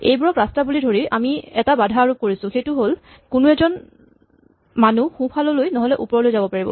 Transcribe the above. এইবোৰক ৰাস্তা বুলি ধৰি আমি এটা বাধা আৰোপ কৰিছো সেইটো হ'ল কোনো এজন মানুহ সোঁফাললৈ নহ'লে ওপৰলৈ যাব পাৰিব